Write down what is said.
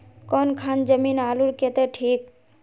कौन खान जमीन आलूर केते ठिक?